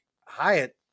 Hyatt